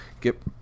get